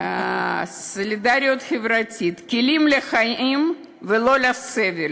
סולידריות חברתית, כלים לחיים ולא לסבל,